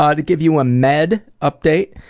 ah to give you a med update,